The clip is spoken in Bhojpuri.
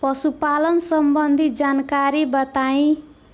पशुपालन सबंधी जानकारी बताई?